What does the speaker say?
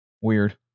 Weird